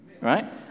right